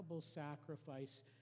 sacrifice